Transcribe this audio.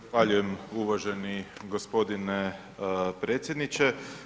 Zahvaljujem uvaženi gospodine predsjedniče.